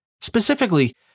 Specifically